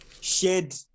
shed